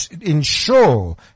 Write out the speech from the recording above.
ensure